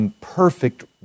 Perfect